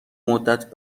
مدت